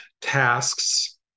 tasks